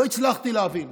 לא הצלחתי להבין.